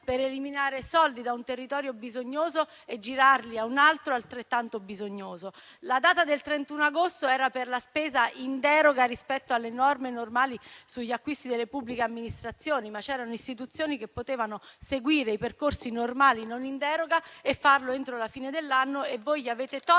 per eliminare soldi da un territorio bisognoso e girarli a un altro altrettanto bisognoso. La data del 31 agosto era per la spesa in deroga rispetto alle norme sugli acquisti delle pubbliche amministrazioni, ma c'erano istituzioni che potevano seguire i percorsi normali non in deroga e farlo entro la fine dell'anno; voi avete tolto